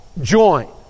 join